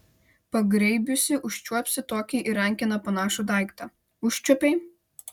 pagraibiusi užčiuopsi tokį į rankeną panašų daiktą užčiuopei